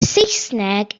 saesneg